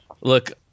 look